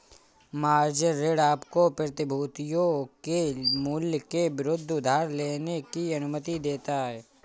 margin ऋण आपको प्रतिभूतियों के मूल्य के विरुद्ध उधार लेने की अनुमति देता है